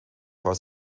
war